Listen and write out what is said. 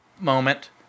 moment